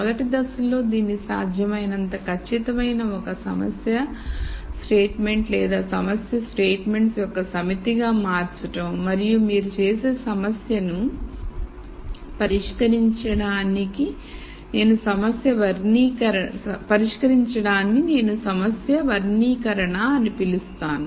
మొదటి దశ లో దీనిని సాధ్యమైనంత ఖచ్చితమైన ఒక సమస్య స్టేట్మెంట్ లేదా సమస్య స్టేట్మెంట్ యొక్క సమితిగా మార్చడం మరియు మీరు చేసే సమస్యను పరిష్కరించడాని నేను సమస్య వర్నికరణఅని పిలుస్తాను